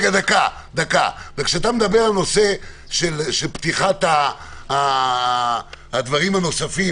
כשאתה מדבר על נושא של פתיחת הדברים הנוספים